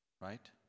right